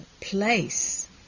place